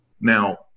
Now